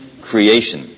creation